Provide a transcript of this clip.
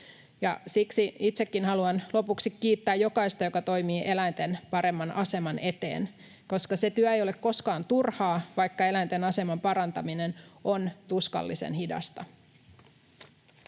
Siksi itsekin haluan lopuksi kiittää jokaista, joka toimii eläinten paremman aseman eteen, koska se työ ei ole koskaan turhaa, vaikka eläinten aseman parantaminen on tuskallisen hidasta.